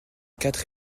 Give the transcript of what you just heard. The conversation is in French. quatre